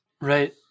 Right